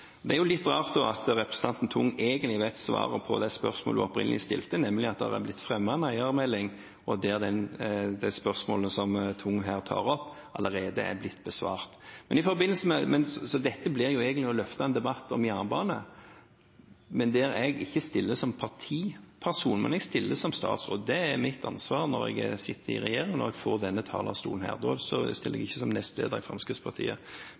Det er litt rart at representanten Tung egentlig vet svaret på det spørsmålet hun opprinnelig stilte, nemlig at det er blitt fremmet en eierskapsmelding hvor de spørsmålene som Tung her tar opp, allerede er blitt besvart. Så dette blir egentlig å løfte en debatt om jernbane, men hvor jeg ikke stiller som partiperson, men som statsråd. Det er mitt ansvar når jeg sitter i regjering og får denne talerstolen. Da stiller jeg ikke her som nestleder i Fremskrittspartiet,